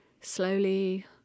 slowly